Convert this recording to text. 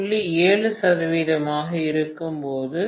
7 சதவீதமாக இருக்கும்போது